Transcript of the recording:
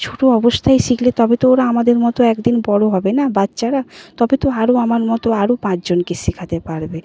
ছোটো অবস্থায় শিখলে তবে তো ওরা আমাদের মতো এক দিন বড় হবে না বাচ্চারা তবে তো আরও আমার মতো আরও পাঁচজনকে শেখাতে পারবে